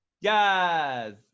Yes